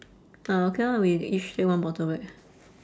ah okay lah we each take one bottle back